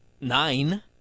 Nine